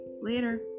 Later